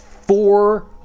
four